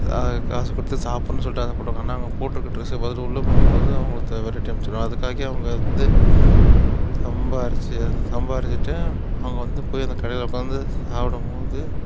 காசு கொடுத்து சாப்பிடுணுன்னு சொல்லிட்டு ஆசைப்படுவாங்க ஆனால் அவங்க போட்டிருக்க டிரெஸ்ஸை பார்த்துட்டு உள்ளே போகும்போது விரட்டி அனுமிச்சிருவாங்க அதுக்காகவே அவங்க வந்து சம்பாரித்து அதை சம்பாரித்துட்டு அவங்க வந்து போய் அந்த கடையில் உட்காந்து சாப்பிடும்போது